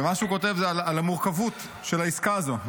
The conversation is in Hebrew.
ומה שהוא כותב זה על המורכבות של העסקה הזו.